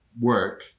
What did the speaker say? work